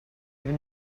even